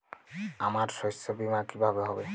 আমার শস্য বীমা কিভাবে হবে?